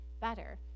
better